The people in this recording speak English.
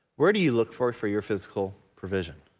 where do you look for for your physical provision?